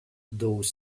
though